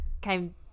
came